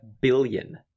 billion